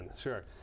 sure